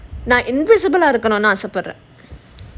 நான்:naan invisible ah இருக்கணும்னு ஆசைப்படறேன்:irukanumnu aasaipadraen